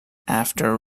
after